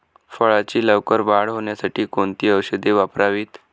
फळाची लवकर वाढ होण्यासाठी कोणती औषधे वापरावीत?